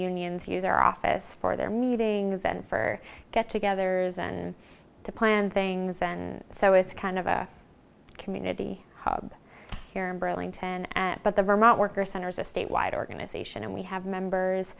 unions use their office for their meetings and for get togethers and to plan things and so it's kind of a community hub here in burlington at but the vermont workers center is a statewide organization and we have members